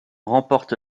remporte